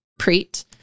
Preet